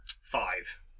Five